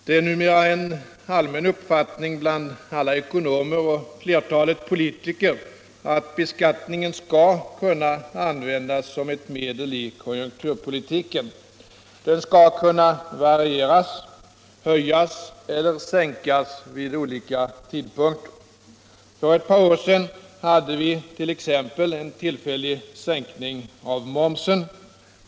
Herr talman! Det är numera en allmän uppfattning bland alla ekonomer och flertalet politiker att beskattningen skall kunna användas som ett medel i konjunkturpolitiken. Den skall kunna varieras, höjas eller sänkas, vid olika tidpunkter. För ett par år sedan hade vi t.ex. en tillfällig sänkning av momsen.